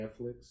Netflix